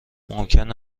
ممکن